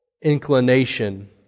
inclination